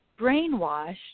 brainwashed